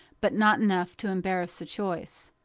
but not enough to embarrass the choice.